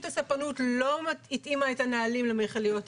הספנות לא התאימה את הנהלים למכליות הענק,